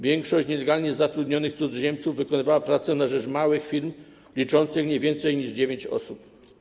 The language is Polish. Większość nielegalnie zatrudnionych cudzoziemców wykonywała pracę nad rzecz małych firm, liczących nie więcej niż 9 osób.